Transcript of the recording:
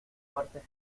fuertes